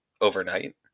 overnight